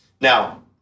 Now